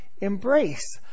embrace